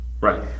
Right